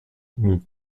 nous